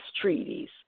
treaties